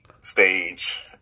stage